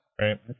Right